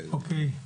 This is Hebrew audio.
אוקיי,